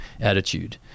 attitude